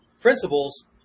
principles